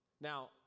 Now